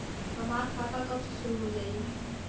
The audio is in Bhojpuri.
हमार खाता कब से शूरू हो जाई?